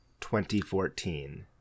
2014